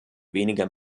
wenige